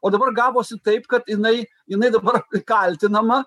o dabar gavosi taip kad jinai jinai dabar kaltinama